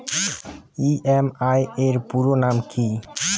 EMI এর পুরোনাম কী?